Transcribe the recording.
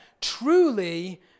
truly